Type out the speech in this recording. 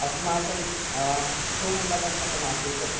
अस्माकं भूमण्डलं कथमासीत्